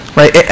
right